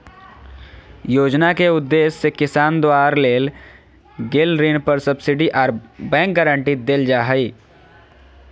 योजना के उदेश्य किसान द्वारा लेल गेल ऋण पर सब्सिडी आर बैंक गारंटी देल जा हई